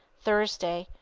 thursday,